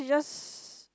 just